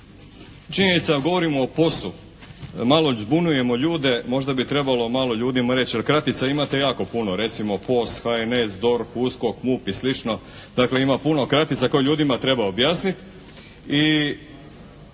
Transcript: činjenica kad govorimo o POS-u malo zbunjujemo ljude, možda bi trebalo malo ljudima reći jer kratica imate jako puno. Recimo POS, HNS, DORH, USKOK, MUP i slično, dakle ima puno kratica koje ljudima treba objasniti